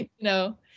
No